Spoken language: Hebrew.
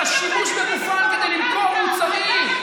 של השימוש בגופן כדי למכור מוצרים.